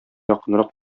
якынрак